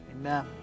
Amen